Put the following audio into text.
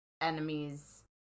enemies